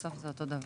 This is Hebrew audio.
בסוף זה אותו דבר.